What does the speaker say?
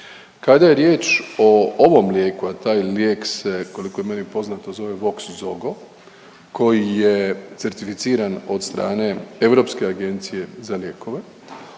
Kada je riječ o ovom lijeku, a taj lijek se koliko je meni poznato zove Voxzogo koji je certificiran od strane Europske agencije za lijekove